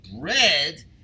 bread